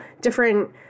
different